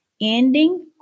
Ending